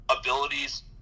abilities